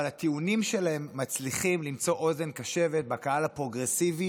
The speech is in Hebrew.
אבל הטיעונים שלהם מצליחים למצוא אוזן קשבת בקהל הפרוגרסיבי